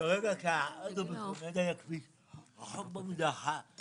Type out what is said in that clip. ברגע שהאוטובוס עומד על הכביש רחוק מהמדרכה,